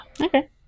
Okay